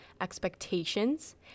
expectations